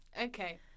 Okay